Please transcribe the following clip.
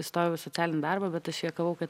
įstojau į socialinį darbą bet aš juokavau kad